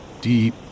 deep